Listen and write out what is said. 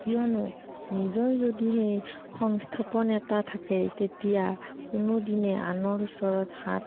কিয়নো নিজৰ যদিহে সংস্থাপন এটা থাকে তেতিয়া কোনো দিনে আনৰ ওচৰত হাত